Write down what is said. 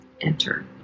enter